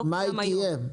מה תהיה?